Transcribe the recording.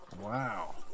Wow